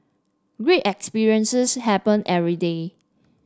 great experiences happen every day